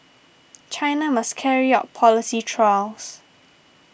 China must carry out policy trials